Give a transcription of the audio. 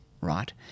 right